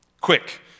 Quick